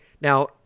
Now